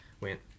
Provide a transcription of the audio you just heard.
went